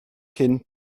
cyn